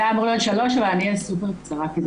זה היה אמור להיות שלוש ואני אהיה סופר קצרה.